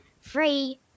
free